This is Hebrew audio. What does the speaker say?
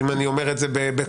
אם אני אומר את זה בכותרת,